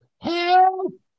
Help